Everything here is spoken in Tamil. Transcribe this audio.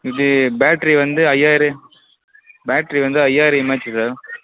இது பேட்ரி வந்து ஐயாயிரம் பேட்ரி வந்து ஐயாயிரம் எம்ஹெச்சு சார்